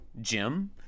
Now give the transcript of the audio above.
Jim